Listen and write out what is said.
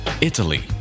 Italy